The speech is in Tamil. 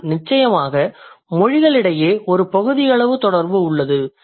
ஆனால் நிச்சயமாக மொழிகளிடையே ஒரு பகுதியளவு தொடர்பு உள்ளது